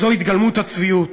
זו התגלמות הצביעות.